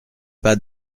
pas